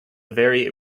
very